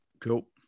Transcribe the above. Cool